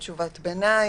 תשובת ביניים.